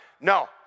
No